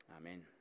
Amen